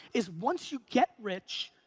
is, once you get rich,